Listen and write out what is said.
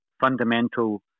fundamental